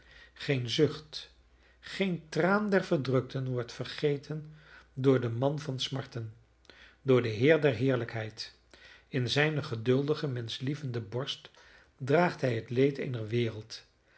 geen zucht geen traan der verdrukten wordt vergeten door den man van smarten door den heer der heerlijkheid in zijne geduldige menschlievende borst draagt hij het leed eener wereld